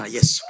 Yes